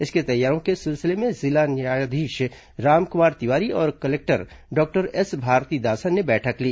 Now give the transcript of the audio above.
इसकी तैयारियों के सिलसिले में जिला न्यायाधीश रामकुमार तिवारी और जिला कलेक्टर डॉक्टर एस भारतीदासन ने बैठक ली